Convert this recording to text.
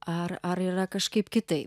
ar ar yra kažkaip kitaip